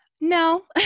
No